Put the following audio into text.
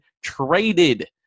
traded